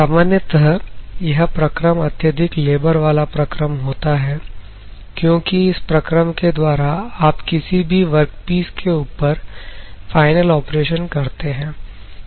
सामान्यतः यह प्रक्रम अत्यधिक लेबर वाला प्रक्रम होता है क्योंकि इस प्रक्रम के द्वारा आप किसी भी वर्कपीस के ऊपर फाइनल ऑपरेशन करते हैं